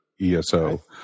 ESO